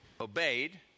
obeyed